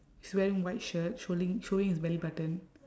he's wearing white shirt showing showing his belly button